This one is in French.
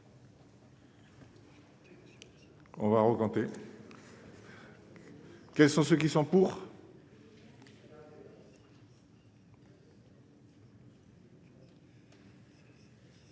On va regretter. Quels sont ceux qui sont pour.